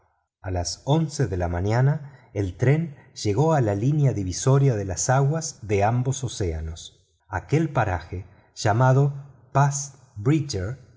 a las once de la mañana el tren llegó a la línea divisoria de las aguas de ambos océanos aquel paraje llamado passe